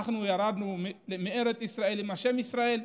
אנחנו ירדנו מארץ ישראל עם השם ישראל,